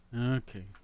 Okay